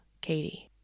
Katie